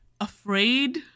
afraid